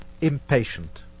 impatient